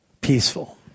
peaceful